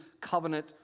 covenant